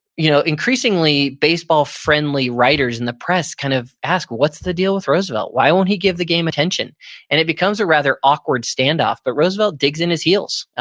you know increasingly baseball friendly writers in the press kind of ask what's the deal with roosevelt, why won't he give the game attention? and it becomes a rather awkward standoff. but roosevelt digs in his heels.